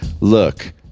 Look